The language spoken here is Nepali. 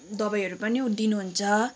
दबाईहरू पनि दिनुहुन्छ